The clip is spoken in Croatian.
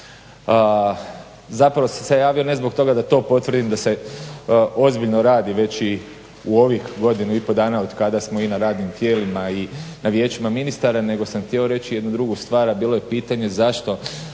Zapravo sam se ja javio ne zbog toga da to potvrdim, da se ozbiljno radi već i ovih godinu i po dana kada smo i na radnim tijelima i na Vijećima ministara, nego sam htio reći jednu drugu stvar, a bilo je pitanje zašto